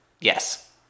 yes